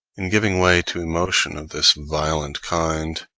in giving way to emotion of this violent kind,